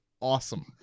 awesome